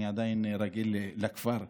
אני עדיין רגיל לכפר,